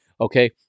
Okay